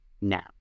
now